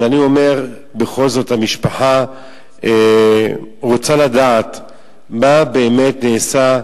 אבל אני אומר שבכל זאת המשפחה רוצה לדעת מה באמת נעשה,